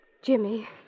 Jimmy